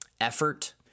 effort